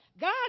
God